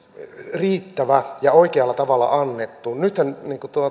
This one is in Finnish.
riittävä ja oikealla tavalla annettu nythän